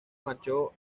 marchó